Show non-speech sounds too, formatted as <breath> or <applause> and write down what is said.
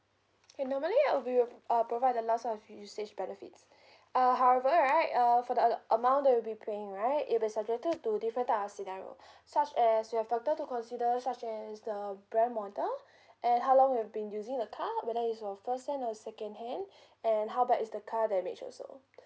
and normally I'll be uh provide the last type of usage benefits uh however right uh for the amount that we'll be paying right it is subjected to different type of scenario <breath> such as we have factor to consider such as the brand model and how long you've been using the car whether it's your firsthand or secondhand and how bad is the car damage also